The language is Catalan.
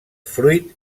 fruit